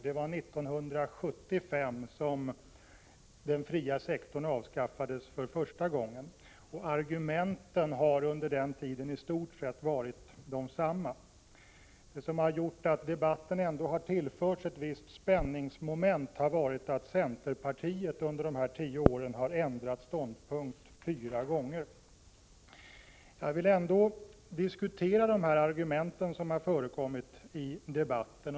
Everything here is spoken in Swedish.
1975 avskaffades den fria sektorn första gången, och argumenten har under denna tid i stort sett varit desamma. Det som har gjort att debatten ändå tillförts ett visst spänningsmoment har varit att centerpartiet under de här tio åren ändrat ståndpunkt fyra gånger. Jag vill ändå diskutera de argument som förekommit i debatten.